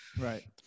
Right